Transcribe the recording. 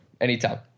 Anytime